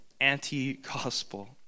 anti-gospel